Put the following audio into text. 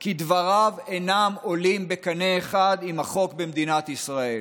כי דבריו אינם עולים בקנה אחד עם החוק במדינת ישראל.